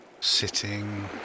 Sitting